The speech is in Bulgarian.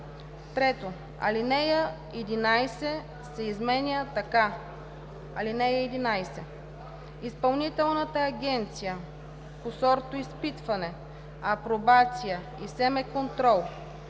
3. Алинея 11 се изменя така: „(11) Изпълнителната агенция по сортоизпитване, апробация и семеконтрол